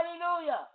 hallelujah